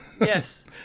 Yes